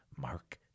mark